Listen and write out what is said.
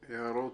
הערות?